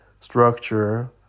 structure